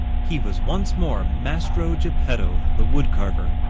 he was once more mastro geppetto, the wood carver,